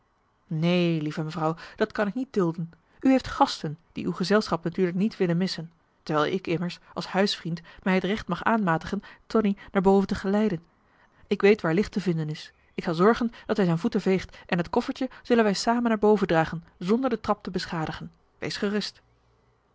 neen lieve mevrouw dat kan ik niet dulden u heeft gasten die uw gezelschap natuurlijk niet willen missen terwijl ik immers als huisvriend mij het recht mag aanmatigen tonie naar boven te geleiden ik weet waar licht te vinden is ik zal zorgen dat hij zijn voemarcellus emants een drietal novellen ten veegt en het koffertje zullen wij samen naar boven dragen zonder de trap te beschadigen wees gerust